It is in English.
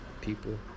people